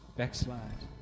backslide